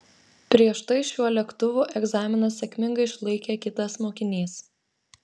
prieš tai šiuo lėktuvu egzaminą sėkmingai išlaikė kitas mokinys